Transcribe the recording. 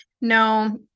no